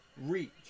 reach